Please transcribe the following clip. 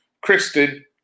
Kristen